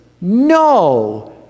no